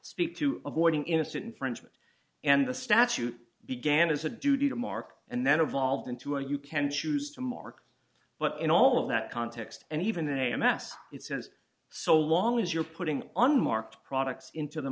speak to avoiding innocent infringement and the statute began as a duty to mark and then evolved into a you can choose to mark but in all of that context and even a m s it says so long as you're putting unmarked products into the